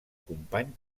company